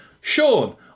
Sean